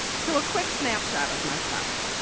so a quick snapshot of myself.